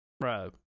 Right